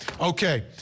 okay